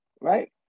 right